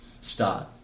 Start